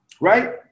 right